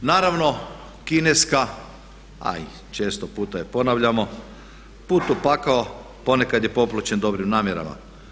Naravno kineska, a i često puta je ponavljamo, put u pakao poneka je popločen dobrim namjerama.